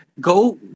Go